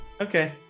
okay